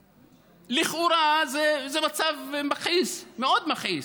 לכאורה, זה מצב מכעיס, מאוד מכעיס.